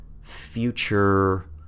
future